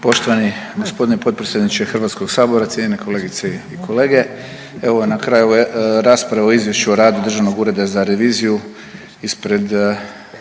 Poštovani gospodine potpredsjedniče Hrvatskog sabora, cijenjene kolegice i kolege, evo na kraju rasprave o Izvješću o radu Državnog ureda za reviziju ispred